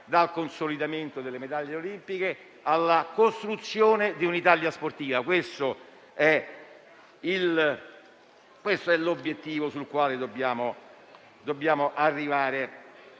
dal consolidamento delle medaglie olimpiche alla costruzione di un'Italia sportiva. Questo è l'obiettivo per il quale dobbiamo arrivare